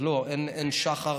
אז לא, אין שחר,